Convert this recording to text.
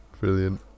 Brilliant